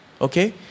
Okay